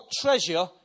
treasure